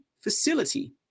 facility